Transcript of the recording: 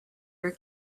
your